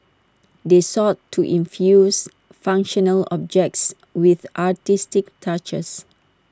they sought to infuse functional objects with artistic touches